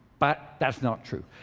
but, that's not true.